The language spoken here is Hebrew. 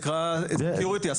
סקיוריטי.